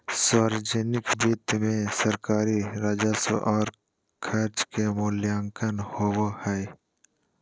सावर्जनिक वित्त मे सरकारी राजस्व और खर्च के मूल्यांकन होवो हय